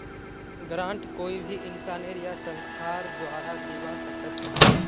grant कोई भी इंसानेर या संस्थार द्वारे दीबा स ख छ